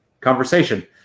conversation